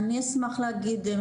אני אשמח להגיד.